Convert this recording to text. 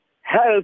health